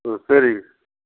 ம் சரி